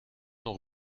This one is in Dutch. nog